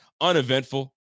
Uneventful